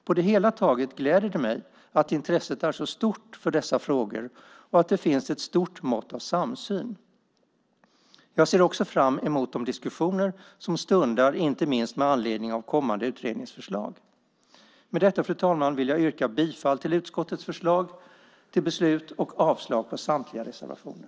På det hela taget gläder det mig att intresset är så stort för dessa frågor och att det finns ett stort mått av samsyn. Jag ser också fram emot de diskussioner som stundar inte minst med anledning av kommande utredningsförslag. Med detta, fru talman, vill jag yrka bifall till utskottets förslag till beslut och avslag på samtliga reservationer.